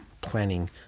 planning